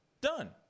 Done